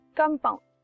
compound